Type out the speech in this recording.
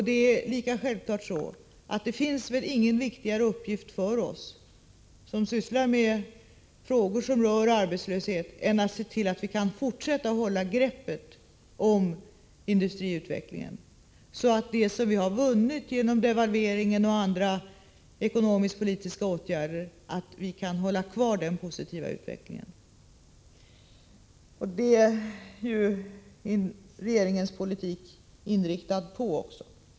Det är lika självklart att det inte finns någon viktigare uppgift för oss som sysslar med frågor som rör arbetslöshet än att se till att vi kan fortsätta att hålla greppet om industriutvecklingen, så att vi kan bibehålla den positiva utveckling som vi har vunnit genom devalveringen och andra ekonomisk-politiska åtgärder. Det är också regeringens politik inriktad på.